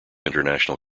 international